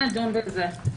נדון בזה.